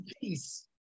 peace